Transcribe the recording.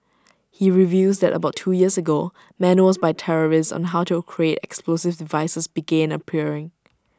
he reveals that about two years ago manuals by terrorists on how to create explosive devices began appearing